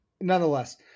nonetheless